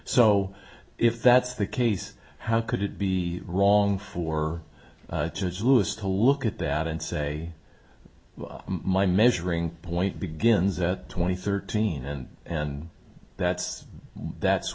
so if that's the case how could it be wrong for us to look at that and say my measuring point begins at twenty thirteen and and that's that's